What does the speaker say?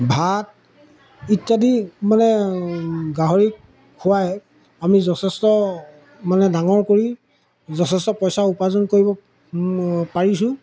ভাত ইত্যাদি মানে গাহৰিক খুৱাই আমি যথেষ্ট মানে ডাঙৰ কৰি যথেষ্ট পইচা উপাৰ্জন কৰিব পাৰিছোঁ